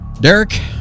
Derek